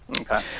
okay